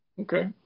Okay